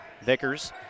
Vickers